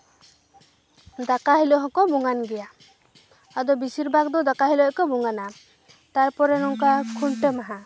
ᱫᱟᱠᱟ ᱦᱤᱞᱳᱜ ᱦᱚᱸᱠᱚ ᱵᱚᱸᱜᱟᱱ ᱜᱮᱭᱟ ᱟᱫᱚ ᱵᱤᱥᱤᱨ ᱵᱷᱟᱜᱽ ᱫᱚ ᱫᱟᱠᱟ ᱦᱤᱞᱳᱜ ᱜᱮᱠᱚ ᱵᱚᱸᱜᱟᱱᱟ ᱛᱟᱨᱯᱚᱨᱮ ᱱᱚᱝᱠᱟ ᱠᱷᱩᱱᱴᱟᱹᱣ ᱢᱟᱦᱟ